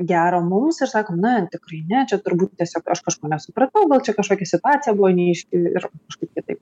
gero mums ir sako na tikrai ne čia turbūt tiesiog aš kažko nesupratau gal čia kažkokia situacija buvo neaiški ir kažkaip kitaip